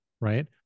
right